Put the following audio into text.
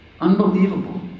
Unbelievable